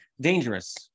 dangerous